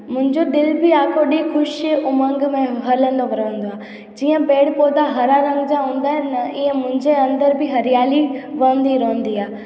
मुंहिंजो दिलि बि आखो ॾींहुं ख़ुशि उमंग में हलंदो रहंदो आहे जीअं पेड़ पौधा हरा रंग जा हूंदा आहिनि न ईअं मुंहिंजे अंदरि बि हरियाली वहंदी रहंदी आहे